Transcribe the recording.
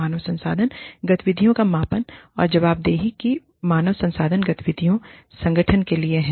मानव संसाधन गतिविधियों का मापन और जवाबदेही कि मानव संसाधन गतिविधियों संगठन के लिए है